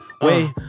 Wait